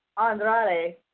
Andrade